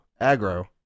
aggro